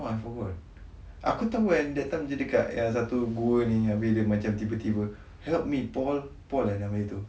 no I forgot aku tahu yang that time dia dekat yang satu gua ni abeh dia macam tiba-tiba help me paul paul eh nama dia tu